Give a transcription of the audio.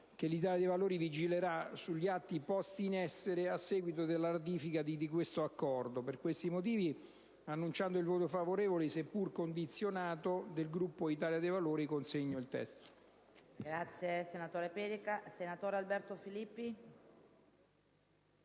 che l'Italia dei Valori vigilerà sugli atti posti in essere a seguito della ratifica di detto Accordo. Per questi motivi, annuncio il voto favorevole, seppur condizionato, del Gruppo Italia dei Valori.